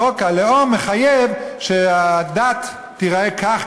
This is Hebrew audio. שחוק הלאום מחייב שהדת תיראה כך,